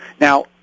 Now